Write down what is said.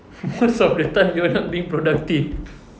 most of the time you are not being productive